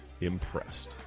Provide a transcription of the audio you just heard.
impressed